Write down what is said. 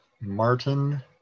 martin